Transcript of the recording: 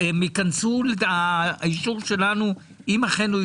אם יש מישהו בהר ברכה שיש לו ארבעה רכבים כי אין לו איך לנסוע,